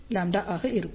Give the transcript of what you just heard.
47λ ஆக இருக்கும்